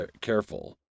careful